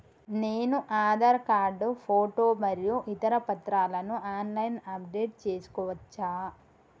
నేను Aadhaar card photo మరియు ఇతర పత్రాలను ఆన్ లైన్ అప్ డెట్ చేసుకోవచ్చా?